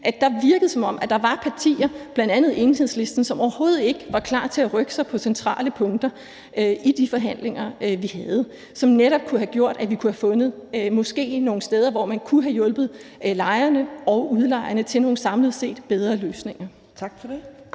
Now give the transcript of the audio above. for det virkede, som om der var partier, bl.a. Enhedslisten, som overhovedet ikke var klar til at rykke sig på centrale punkter i de forhandlinger, vi havde, og som netop kunne have ført til, at vi måske kunne have fundet nogle steder, hvor man kunne have hjulpet lejerne og udlejerne til nogle bedre løsninger samlet set.